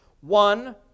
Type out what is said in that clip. One